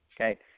Okay